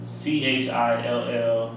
chill